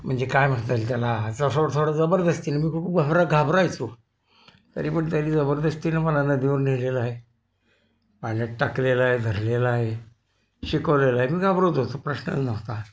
म्हणजे काय म्हणता येईल त्याला थोड थोडं जबरदस्तीनं मी खूप घबरा घाबरायचो तरी पण त्यांनी जबरदस्तीनं मला नदीवर नेलेलं आहे पाण्यात टाकलेलं आहे धरलेलं आहे शिकवलेलं आहे मी घाबरलो होतो प्रश्नच नव्हता